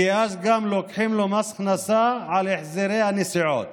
לוקחים לו מס הכנסה על החזרי הנסיעות,